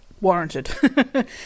Warranted